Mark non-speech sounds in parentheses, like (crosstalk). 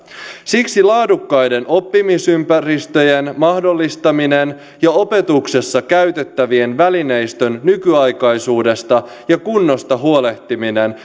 siksi laadukkaiden oppimisympäristöjen mahdollistaminen ja opetuksessa käytettävän välineistön nykyaikaisuudesta ja kunnosta huolehtiminen (unintelligible)